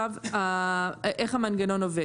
אז איך המנגנון עובד?